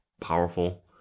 powerful